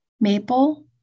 maple